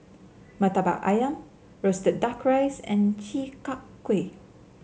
murtabak ayam roasted duck rice and Chi Kak Kuih